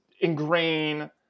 ingrain